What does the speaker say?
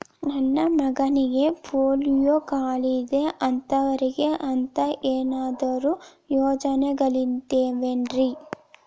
ನನ್ನ ಮಗನಿಗ ಪೋಲಿಯೋ ಕಾಲಿದೆ ಅಂತವರಿಗ ಅಂತ ಏನಾದರೂ ಯೋಜನೆಗಳಿದಾವೇನ್ರಿ?